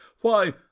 Why